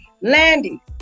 Landy